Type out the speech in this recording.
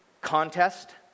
contest